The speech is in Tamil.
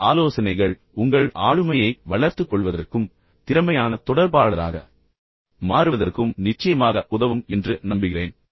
இந்த ஆலோசனைகளும் ஆலோசனைகளும் உங்கள் ஆளுமையை வளர்த்துக் கொள்வதற்கும் மிகவும் திறமையான தொடர்பாளராக மாறுவதற்கும் நிச்சயமாக உதவும் என்று நம்புகிறேன்